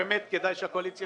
בבקשה.